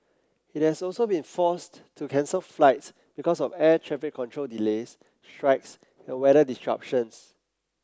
it has also been forced to cancel flights because of air traffic control delays strikes and weather disruption